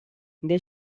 they